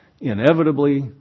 inevitably